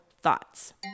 thoughts